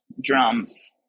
drums